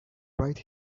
right